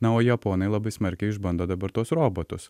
na o japonai labai smarkiai išbando dabar tuos robotus